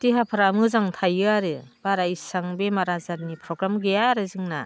देहाफ्रा मोजां थायो आरो बारा इसां बेमार आजारनि प्रग्राम गैया आरो जोंना